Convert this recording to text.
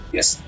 Yes